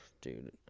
Dude